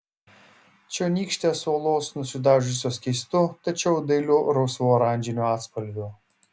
čionykštės uolos nusidažiusios keistu tačiau dailiu rausvu oranžiniu atspalviu